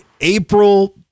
april